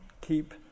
keep